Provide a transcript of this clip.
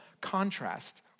contrast